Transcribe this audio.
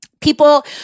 People